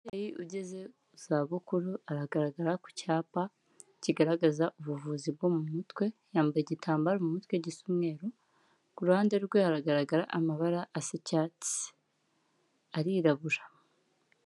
Umubyeyi ugeze mu za bukuru aragaragara ku cyapa kigaragaza ubuvuzi bwo mu mutwe, yambaye igitambaro mu mutwe gisa umweru, ku ruhande rwe haragaragara amabara asa icyatsi, arirabura.